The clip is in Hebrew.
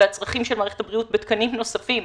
והצרכים של מערכת הבריאות בתקנים נוספים.